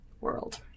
world